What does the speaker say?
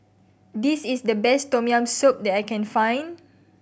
this is the best Tom Yam Soup that I can find